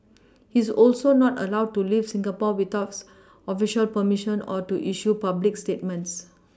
he is also not allowed to leave Singapore without official perMission or to issue public statements